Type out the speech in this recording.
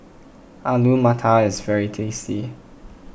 Alu Matar is very tasty